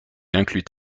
inclut